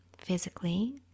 physically